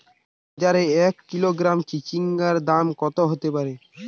বাজারে এক কিলোগ্রাম চিচিঙ্গার দাম কত হতে পারে?